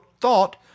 thought